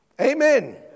Amen